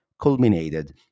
culminated